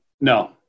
No